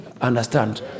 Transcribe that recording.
understand